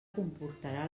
comportarà